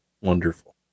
wonderful